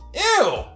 Ew